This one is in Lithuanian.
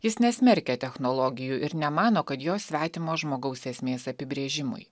jis nesmerkia technologijų ir nemano kad jos svetimos žmogaus esmės apibrėžimui